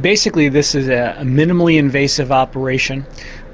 basically this is a a minimally invasive operation